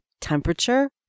temperature